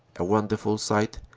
a wonder ful sight,